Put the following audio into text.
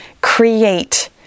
create